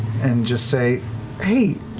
and just say hey,